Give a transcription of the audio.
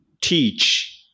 teach